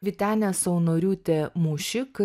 vytenė saunoriūtė mūšik